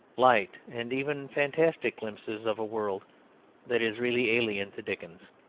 light and even fantastic glimpses, of a world that is really alien to dickens.